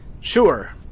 sure